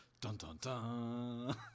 Dun-dun-dun